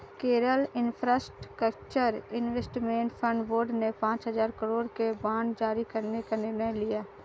Kerala infrastructure investment fund board ने पांच हजार करोड़ के बांड जारी करने का निर्णय लिया